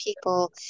people